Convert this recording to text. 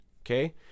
Okay